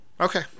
Okay